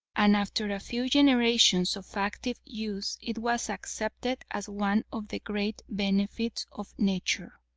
and after a few generations of active use it was accepted as one of the great benefits of nature.